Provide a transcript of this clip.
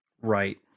Right